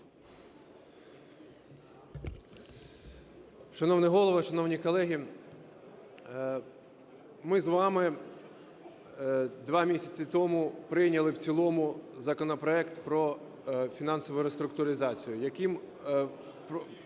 Шановний Голово, шановні колеги! Ми з вами два місяці тому прийняли в цілому законопроект про фінансову реструктуризацію,